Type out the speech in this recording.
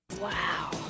Wow